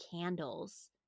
candles